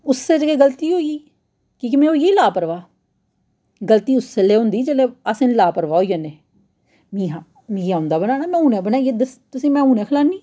उस्सै च गै गलती होई गेई की के में होई लापरवाह् गलती उस्सै लै होंदी जिसलै अस लापरवाह् होई जन्ने मीं हा मिगी औंदा बनाना में हुनें बनाइयै दस्स तुसें ई में हुनें खलान्नी